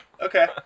Okay